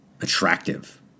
attractive